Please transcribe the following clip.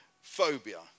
phobia